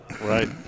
Right